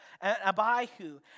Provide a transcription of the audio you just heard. Abihu